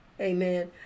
Amen